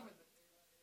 אחמד?